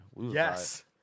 Yes